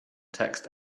text